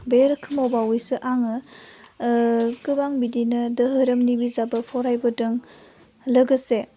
बे रोखोमाव बावैसो आङो ओह गोबां बिदिनो दोहोरोम बिजाबो फरायबोदों लोगोसे